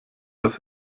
das